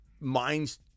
minds